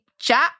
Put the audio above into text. Chat